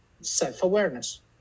self-awareness